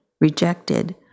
rejected